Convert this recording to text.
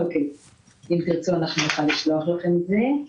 אם תרצו נוכל לשלוח לכם את זה.